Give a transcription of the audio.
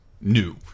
new